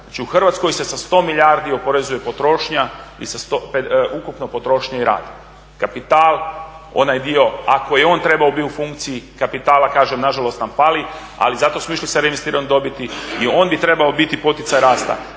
Znači, u Hrvatskoj se sa 100 milijardi oporezuje potrošnja i sa 105 ukupno potrošnja i rad. Kapital, onaj dio ako je on trebao biti u funkciji kapitala kažem nažalost nam fali ali zato smo išli sa reinvestiranom dobiti i on bi trebao biti poticaj rasta